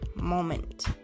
moment